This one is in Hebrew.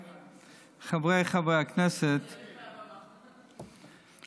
חבריי חברי הכנסת, אתה יכול לעצור כאן, ליצמן.